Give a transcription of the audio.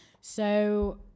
So-